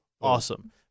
awesome